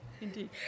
indeed